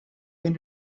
been